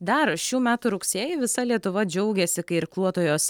dar šių metų rugsėjį visa lietuva džiaugėsi kai irkluotojos